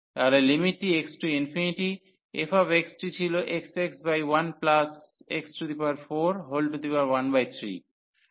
তাহলে লিমিটটি x→∞ f টি ছিল xx 1x413